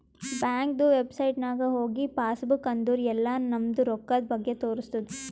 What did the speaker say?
ಬ್ಯಾಂಕ್ದು ವೆಬ್ಸೈಟ್ ನಾಗ್ ಹೋಗಿ ಪಾಸ್ ಬುಕ್ ಅಂದುರ್ ಎಲ್ಲಾ ನಮ್ದು ರೊಕ್ಕಾದ್ ಬಗ್ಗೆ ತೋರಸ್ತುದ್